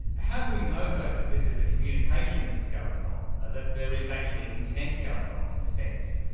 how do we know though that that this is a communication that is going on, that there is actually intend going on, in a sense?